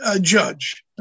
Judge